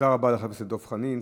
תודה רבה לחבר הכנסת דב חנין.